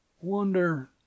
Wonder